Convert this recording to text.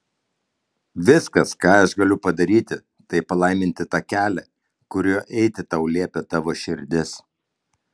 viskas ką aš galiu padaryti tai palaiminti tą kelią kuriuo eiti tau liepia tavo širdis